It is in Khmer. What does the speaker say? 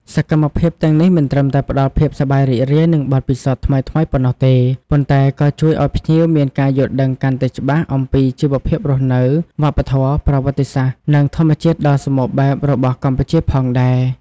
សកម្មភាពទាំងនេះមិនត្រឹមតែផ្តល់ភាពសប្បាយរីករាយ និងបទពិសោធន៍ថ្មីៗប៉ុណ្ណោះទេ ប៉ុន្តែក៏ជួយឲ្យភ្ញៀវមានការយល់ដឹងកាន់តែច្បាស់អំពីជីវភាពរស់នៅ វប្បធម៌ ប្រវត្តិសាស្ត្រ និងធម្មជាតិដ៏សម្បូរបែបរបស់កម្ពុជាផងដែរ។